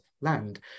land